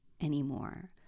anymore